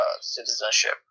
citizenship